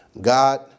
God